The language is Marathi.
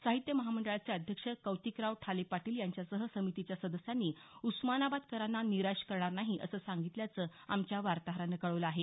साहित्य महामंडळाचे अध्यक्ष कौतिकराव ठाले पाटील यांच्यासह समितीच्या सदस्यांनी उस्मानाबादकरांना निराश करणार नाही असं सांगितल्याचं आमच्या वार्ताहरानं कळवलं आहे